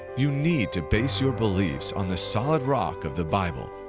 you need to base your beliefs on the solid rock of the bible.